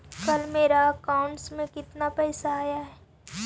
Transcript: कल मेरा अकाउंटस में कितना पैसा आया ऊ?